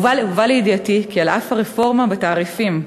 הובא לידיעתי כי על אף הרפורמה בתעריפים,